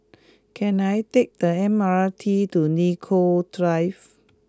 can I take the M R T to Nicoll Drive